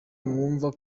mwumva